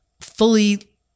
fully